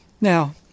Now